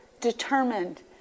determined